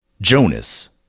Jonas